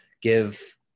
give